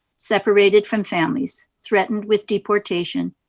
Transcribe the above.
separated from families, threatened with deportation,